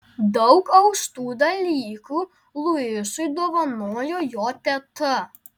daug austų dalykų luisui dovanojo jo teta